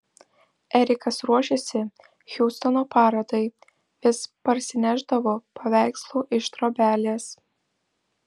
erikas ruošėsi hjustono parodai vis parsinešdavo paveikslų iš trobelės